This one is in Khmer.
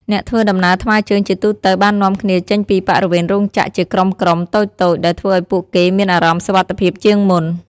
អ្នកធ្វើដំណើរថ្មើរជើងជាទូទៅបាននាំគ្នាចេញពីបរិវេណរោងចក្រជាក្រុមៗតូចៗដែលធ្វើឱ្យពួកគេមានអារម្មណ៍សុវត្ថិភាពជាងមុន។